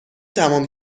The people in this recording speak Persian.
تمام